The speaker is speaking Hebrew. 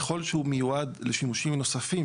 ככל שהוא מיועד לשימושים נוספים,